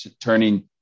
turning